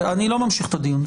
אני לא ממשיך את הדיון.